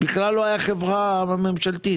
לא רשום פה, אבל הוא נמצא.